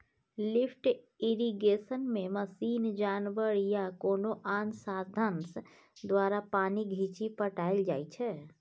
lift इरिगेशनमे machine, जानबर या कोनो आन साधंश द्वारा पानि घीचि पटाएल जाइ छै